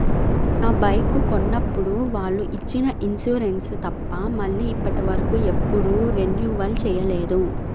నా బైకు కొన్నప్పుడు వాళ్ళు ఇచ్చిన ఇన్సూరెన్సు తప్ప మళ్ళీ ఇప్పటివరకు ఎప్పుడూ రెన్యువల్ చేయలేదు